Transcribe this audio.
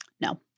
No